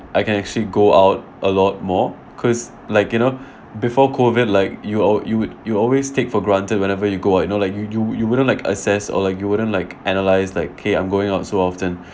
I can actually go out a lot more cause like you know before COVID like you alw~ you would you always take for granted whenever you go out you know like you you you wouldn't like assess or like you wouldn't like analyse like okay I'm going out so often